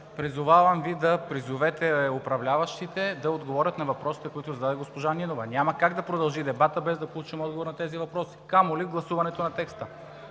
Призовавам Ви да призовете управляващите да отговорят на въпросите, които зададе госпожа Нинова. Няма как да продължи дебатът, без да получим отговор на тези въпроси, камо ли гласуването на текста!